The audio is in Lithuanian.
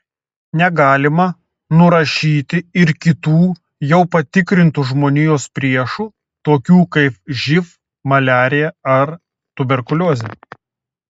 negalima nurašyti ir kitų jau patikrintų žmonijos priešų tokių kaip živ maliarija ar tuberkuliozė